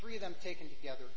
three of them taken together